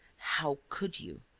how could you?